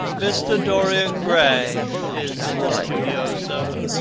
mr. dorian gray is in the studio, sir,